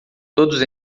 todos